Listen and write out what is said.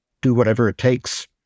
do-whatever-it-takes